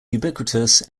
ubiquitous